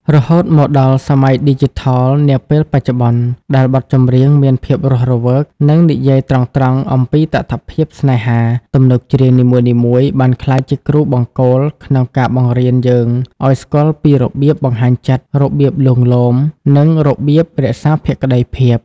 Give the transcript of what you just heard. រហូតមកដល់សម័យឌីជីថលនាពេលបច្ចុប្បន្ន ដែលបទចម្រៀងមានភាពរស់រវើក និងនិយាយត្រង់ៗអំពីតថភាពស្នេហា ទំនុកច្រៀងនីមួយៗបានក្លាយជាគ្រូបង្គោលក្នុងការបង្រៀនយើងឱ្យស្គាល់ពីរបៀបបង្ហាញចិត្ត របៀបលួងលោម និងរបៀបរក្សាភក្តីភាព។